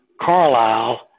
Carlisle